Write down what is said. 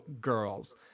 girls